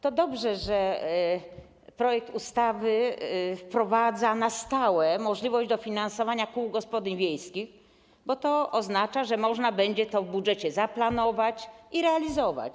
To dobrze, że projekt ustawy wprowadza na stałe możliwość dofinansowania kół gospodyń wiejskich, bo to oznacza, że można będzie to w budżecie zaplanować i realizować.